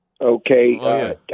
Okay